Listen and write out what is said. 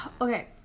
Okay